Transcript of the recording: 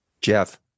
Jeff